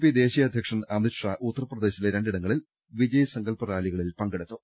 P ദേശീയ അധ്യക്ഷൻ അമിത് ഷാ ഉത്തർപ്രദേ ശിലെ രണ്ടിടങ്ങളിൽ വിജയ് സങ്കല്പ് റാലികളിൽ പങ്കെടു ത്തു